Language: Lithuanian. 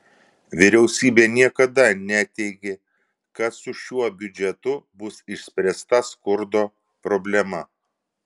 vyriausybė niekada neteigė kad su šiuo biudžetu bus išspręsta skurdo problema